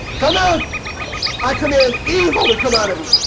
kind of i command evil to come out of you